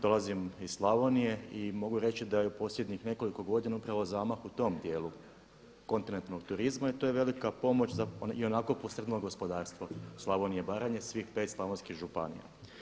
Dolazim iz Slavonije i mogu reći da je u posljednjih nekoliko godina upravo zamah u tom dijelu kontinentalnog turizma i to je velika pomoć za ionako posrnulo gospodarstvo Slavonije i Baranje, svih 5 slavonskih županija.